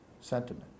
sentiment